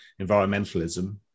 environmentalism